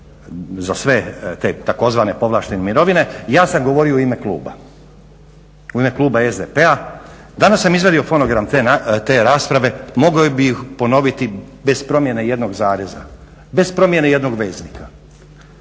za sve tzv. povlaštene mirovine, ja sam govorio u ime kluba SDP-a. Danas sam izvadio fonogram te rasprave, mogao bih ponoviti bez promjene ijednog zareza, bez promjene ijednog veznika.